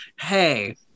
hey